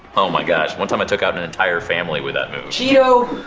oh my gosh. one time i took out an entire family with that move. cheeto!